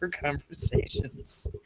conversations